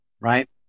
right